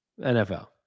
NFL